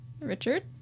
Richard